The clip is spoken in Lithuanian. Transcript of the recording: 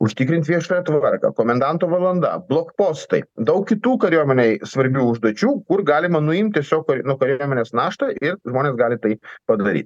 užtikrint viešąją tvarką komendanto valanda blokpostai daug kitų kariuomenei svarbių užduočių kur galima nuimt tiesiog nuo kariuomenės naštą ir žmonės gali tai padaryt